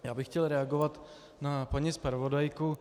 Já bych chtěl reagovat na paní zpravodajku.